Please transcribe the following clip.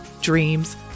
dreams